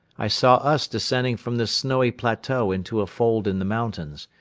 i saw us descending from this snowy plateau into a fold in the mountains.